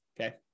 Okay